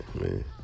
Man